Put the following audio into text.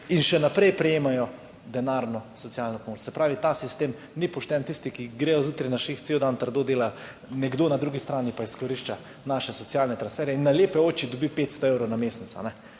in še naprej prejemajo denarno socialno pomoč. Se pravi, ta sistem ni pošten. Tisti, ki gredo zjutraj na šiht, cel dan trdo delajo, nekdo na drugi strani pa izkorišča naše socialne transferje in na lepe oči dobi 500 evrov na mesec.